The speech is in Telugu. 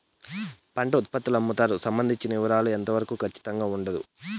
పంట ఉత్పత్తుల అమ్ముతారు సంబంధించిన వివరాలు ఎంత వరకు ఖచ్చితంగా ఉండదు?